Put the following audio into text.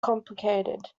complicated